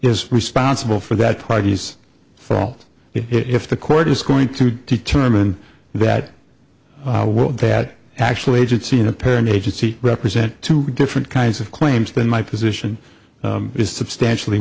is responsible for that party's fault if the court is going to determine that world that actually agency in a parent agency represent two different kinds of claims then my position is substantially